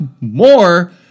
more